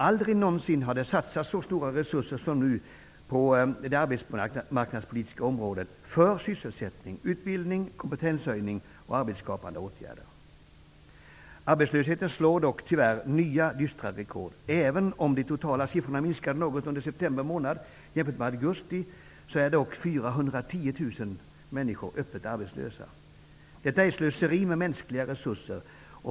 Aldrig någonsin har det satsats så stora resurser som nu på det arbetsmarknadspolitiska området för sysselsättning, utbildning, kompetenshöjning och arbetsskapande åtgärder. Arbetslösheten slår dock tyvärr nya, dystra rekord. Även om de totala siffrorna minskade något under september månad jämfört med augusti är dock 410 000 människor öppet arbetslösa. Detta är ett slöseri med mänskliga resurser.